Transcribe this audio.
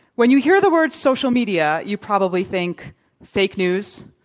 when you hear the word social media, you probably think fake news,